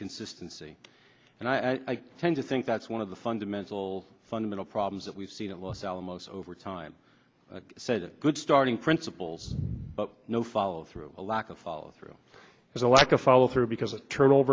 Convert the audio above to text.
consistency and i tend to think that's one of the fundamental fundamental problems that we've seen a los alamos over time said good starting principles but no follow through a lack of follow through there's a lack of follow through because of tur